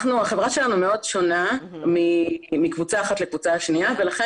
החברה שלנו מאוד שונה מקבוצה אחת לקבוצה השנייה ולכן